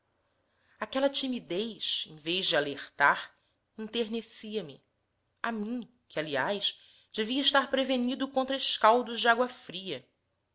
aquela timidez em vez de alertar enternecia me a mim que aliás devia estar prevenido contra escaldos de água fria